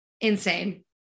Insane